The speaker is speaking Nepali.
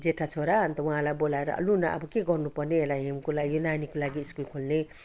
जेठा छोरा अन्त उहाँलाई बोलाएर लु न के गर्नु पर्ने यसलाई हेमको लागि नानीको लागि स्कुल खोल्ने